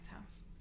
house